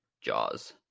Jaws